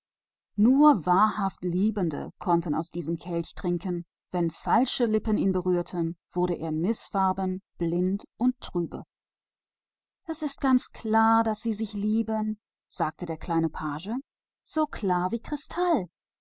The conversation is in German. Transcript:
nur treu liebende konnten aus diesem pokal trinken denn wie ihn falsche lippen berühren wird er trüb und wolkig daß sie einander lieben sagte der kleine page das ist so klar wie kristall